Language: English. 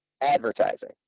advertising